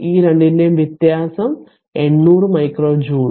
ഈ രണ്ടിന്റെയും വ്യത്യാസമുണ്ട് 800 മൈക്രോ ജൂൾ